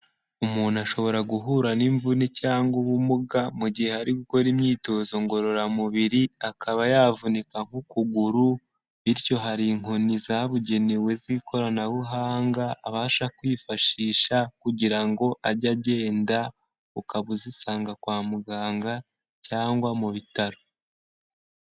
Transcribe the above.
Umuntu ashobora guhura n'imvune cyangwa ubumuga mu gihe ari gukora imyitozo ngororamubiri, akaba yavunika nk'ukuguru, bityo hari inkoni zabugenewe z'ikoranabuhanga abasha kwifashisha kugira ngo ajye agenda, ukaba uzisanga kwa muganga cyangwa mu bitaro.